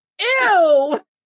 Ew